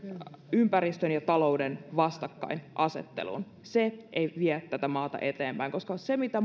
ympäristön ja talouden vastakkainasettelun se ei vie tätä maata eteenpäin koska se mitä